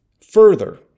Further